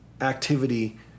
activity